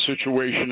situation